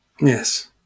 Yes